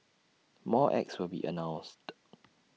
more acts will be announced